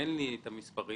אין לי את המספרים.